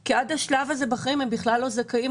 כי עד השלב הזה בחיים הם בכלל לא זכאים,